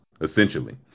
essentially